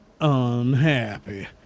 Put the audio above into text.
unhappy